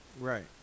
Right